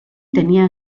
tenía